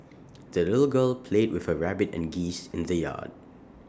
the little girl played with her rabbit and geese in the yard